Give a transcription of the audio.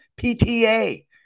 PTA